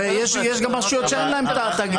הרי יש גם רשויות שאין להן את התאגידים האלה.